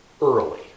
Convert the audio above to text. early